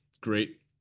great